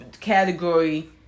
category